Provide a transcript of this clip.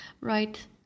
right